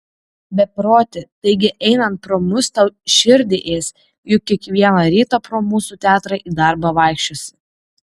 beproti taigi einant pro mus tau širdį ės juk kiekvieną rytą pro mūsų teatrą į darbą vaikščiosi